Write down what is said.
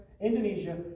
Indonesia